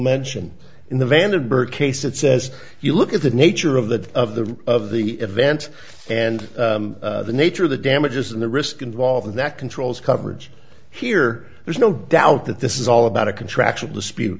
mention in the vandenberg case it says you look at the nature of the of the of the event and the nature of the damages and the risk involved that controls coverage here there's no doubt that this is all about a contractual dispute